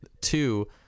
two